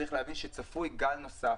צריך להבין שצפוי גל נוסף.